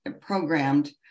programmed